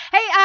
Hey